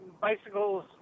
bicycles